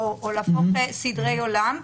או להפוך סדרי עולם?